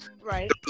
right